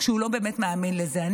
כשהוא לא באמת מאמין לזה.